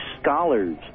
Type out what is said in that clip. scholars